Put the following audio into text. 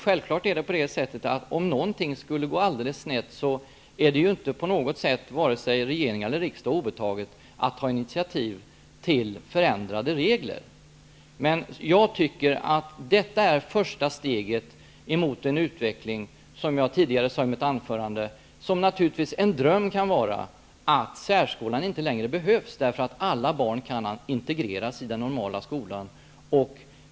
Om någonting skulle gå alldeles snett är det självklart inte på något sätt obetaget för vare sig regering eller riksdag att ta initiativ till förändrade regler. Men detta är första steget i en utveckling mot, vilket jag sade tidigare i mitt anförande, drömmen att särskolan inte längre behövs därför att alla barn kan integreras i den normala skolan.